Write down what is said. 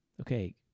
okay